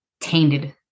tainted